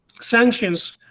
sanctions